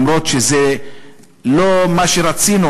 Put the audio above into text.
גם אם זה לא מה שרצינו,